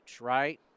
right